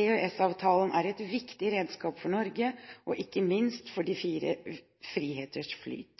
EØS-avtalen er et viktig redskap for Norge og ikke minst for de fire